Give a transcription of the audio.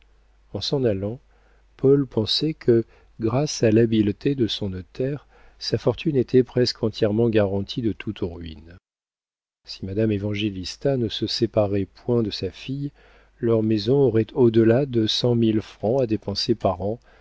en s'en allant paul pensait que grâce à l'habileté de son notaire sa fortune était presque entièrement garantie de toute ruine si madame évangélista ne se séparait point de sa fille leur maison aurait au delà de cent mille francs à dépenser par